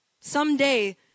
Someday